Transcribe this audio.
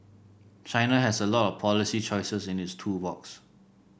China has a lot of policy choices in its tool box